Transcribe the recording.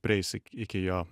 prieis ik iki jo